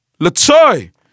Latoy